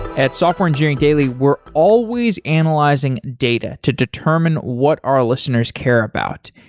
at software engineering daily, we're always analyzing data to determine what our listeners care about.